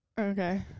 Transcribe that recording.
Okay